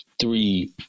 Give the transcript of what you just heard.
three